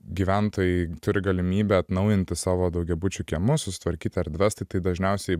gyventojai turi galimybę atnaujinti savo daugiabučių kiemus susitvarkyti erdves tai tai dažniausiai